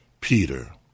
Peter